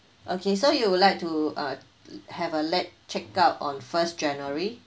okay so you would like to uh l~ have a late check out on first january